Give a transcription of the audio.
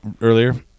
earlier